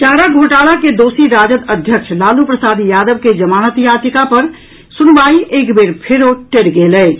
चारा घोटाला के दोषी राजद अध्यक्ष लालू प्रसाद यादव के जमानत याचिका पर सुनवाई एक बेर फेरो टरि गेल अछि